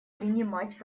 принимать